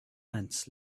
ants